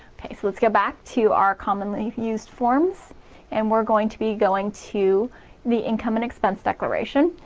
okay, so let's go back to our commonly used forms and we're going to be going to the income and expense declaration,